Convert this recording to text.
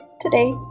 Today